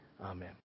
Amen